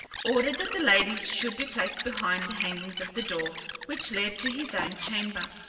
ordered that the ladies should be placed behind the hangings of the door which led to his own chamber,